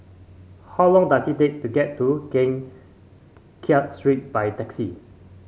how long does it take to get to Keng Kiat Street by taxi